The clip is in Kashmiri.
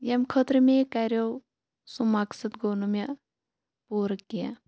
ییٚمہِ خٲطرٕ مےٚ یہِ کَریٚو سُہ مَقصَد گوٚو نہٕ مےٚ پوٗرٕ کیٚنٛہہ